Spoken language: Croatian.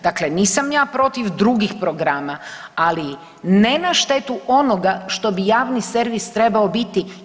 Dakle, nisam ja protiv drugih programa, ali ne na štetu onoga što bi javni servis trebao biti.